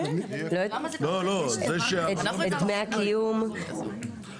רגע נשיא המדינה לא יכול לתת חנינה פה?